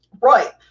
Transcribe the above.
Right